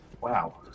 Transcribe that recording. Wow